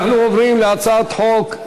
אנחנו עוברים להצעת חוק,